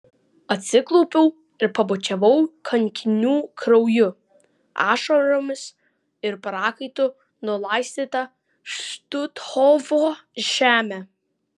atsiklaupiau ir pabučiavau kankinių krauju ašaromis ir prakaitu nulaistytą štuthofo žemę